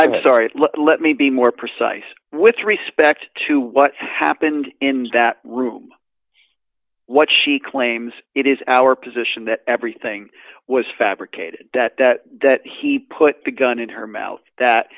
i'm sorry let me be more precise with respect to what happened in that room what she claims it is our position that everything was fabricated that he put the gun in her mouth that